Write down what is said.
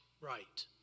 right